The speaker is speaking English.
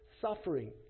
suffering